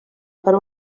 per